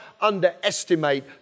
underestimate